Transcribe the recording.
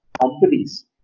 companies